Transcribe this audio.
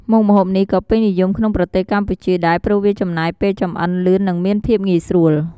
មុខម្ហូបនេះក៏ពេញនិយមក្នុងប្រទេសកម្ពុជាដែរ ព្រោះវាចំណាយពេលចម្អិនលឿននិងមានភាពងាយស្រួល។